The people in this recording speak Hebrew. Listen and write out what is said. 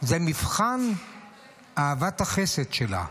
מבחן אהבת החסד שלה.